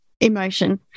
Emotion